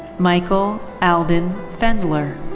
michael alden fendler.